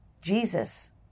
Jesus